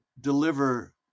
deliver